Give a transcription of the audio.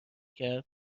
کرد